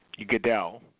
Goodell